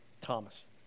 Thomas